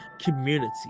community